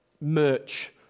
merch